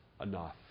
enough